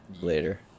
later